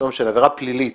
פלילית